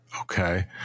Okay